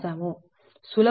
సులభంగా అన్ని సమానమని రాశాము